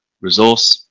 resource